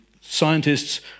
scientists